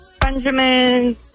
Benjamin